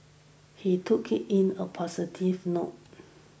he took in a positive note